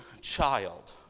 child